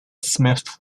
smith